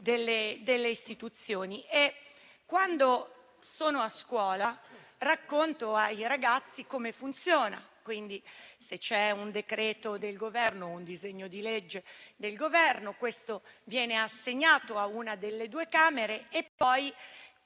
delle istituzioni). Quando sono a scuola, racconto ai ragazzi come funziona: se c'è un decreto del Governo o un disegno di legge del Governo, questo viene assegnato a una delle due Camere e poi